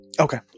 okay